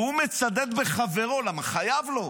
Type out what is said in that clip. והוא מצדד בחברו כי הוא חייב לו,